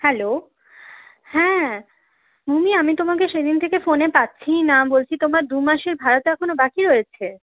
hello হ্যাঁ মুন্নি আমি তোমাকে সেদিন থেকে ফোনে পাচ্ছিই না বলছি তোমার দু মাসের ভাড়া তো এখনও বাকি রয়েছে